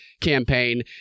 campaign